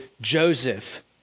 Joseph